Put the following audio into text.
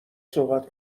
صحبت